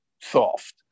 soft